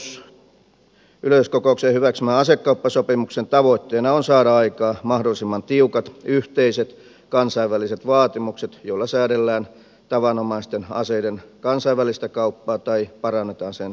ykn yleiskokouksen hyväksymän asekauppasopimuksen tavoitteena on saada aikaan mahdollisimman tiukat yhteiset kansainväliset vaatimukset joilla säädellään tavanomaisten aseiden kansainvälistä kauppaa tai parannetaan sen säätelyä